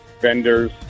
vendors